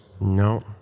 No